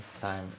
time